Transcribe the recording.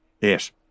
Yes